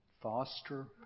foster